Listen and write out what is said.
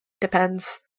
depends